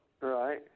right